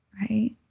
right